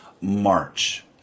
March